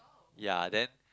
ya then